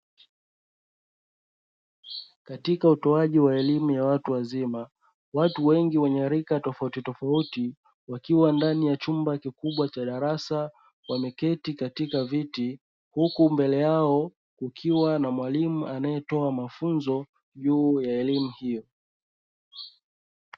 Katika utoaji wa elimu ya watu wazima, watu wengi wenye rika tofautitofauti wakiwa ndani ya chumba kikubwa cha darasa; wameketi katika viti, huku mbele yao kukiwa na mwalimu anayetoa mafunzo juu ya elimu hiyo.